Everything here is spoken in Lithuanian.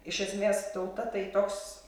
iš esmės tauta tai toks